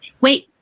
Wait